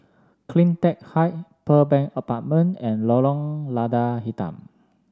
CleanTech Height Pearl Bank Apartment and Lorong Lada Hitam